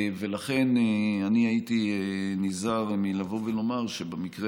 ולכן אני הייתי נזהר מלבוא ולומר שבמקרה